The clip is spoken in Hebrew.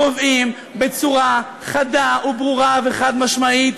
קובעים בצורה חדה וברורה וחד-משמעית